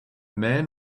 man